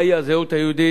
מהי הזהות היהודית,